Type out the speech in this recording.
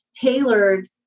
tailored